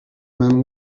man